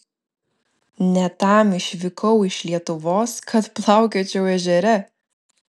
ne tam išvykau iš lietuvos kad plaukiočiau ežere